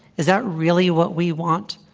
is that really what we want?